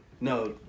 No